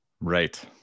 Right